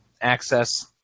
access